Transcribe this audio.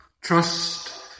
Trust